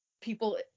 people